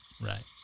Right